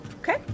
Okay